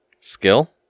Skill